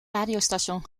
radiostation